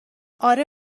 اره